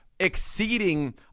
Exceeding